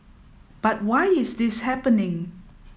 but why is this happening